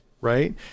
right